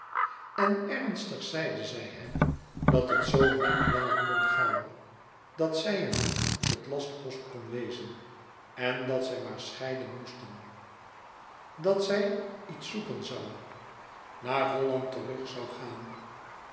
en ernstig zeide zij hem dat het zoo niet langer kon gaan dat zij hem niet tot lastpost kon wezen en dat zij maar scheiden moesten dat zij iets zoeken zoû naar holland terug zoû gaan